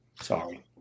Sorry